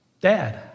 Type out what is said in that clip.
Dad